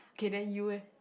okay then you eh